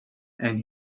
and